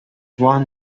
one